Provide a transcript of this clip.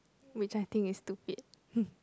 which I think is stupid